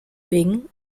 bing